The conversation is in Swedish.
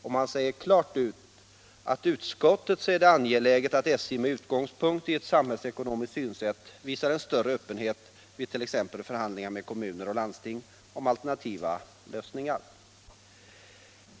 Och det sägs klart ut att utskottet också anser det angeläget att SJ med utgångspunkt i ett samhällsekonomiskt synsätt visar större öppenhet vid exempelvis förhandlingar med kommuner och landsting om alternativa lösningar till kollektivtrafiken.